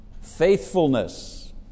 faithfulness